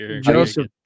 joseph